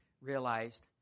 realized